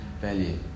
value